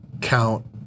count